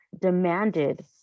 demanded